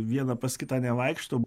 vieną pas kitą nevaikšto